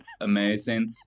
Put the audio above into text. amazing